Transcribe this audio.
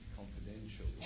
confidential